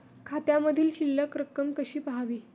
खात्यामधील शिल्लक रक्कम कशी पहावी?